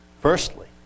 Firstly